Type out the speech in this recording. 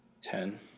Ten